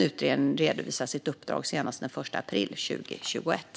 Utredningen ska redovisa sitt uppdrag senast den 1 april 2021.